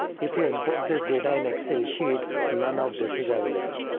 if you import this data in excel sheet, none of this is available.